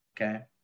Okay